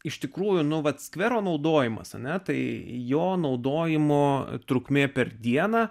iš tikrųjų nu vat skvero naudojimas ana tai jo naudojimo trukmė per dieną